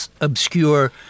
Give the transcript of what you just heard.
obscure